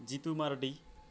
Jitu Mardi